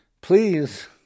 Please